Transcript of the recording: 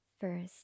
first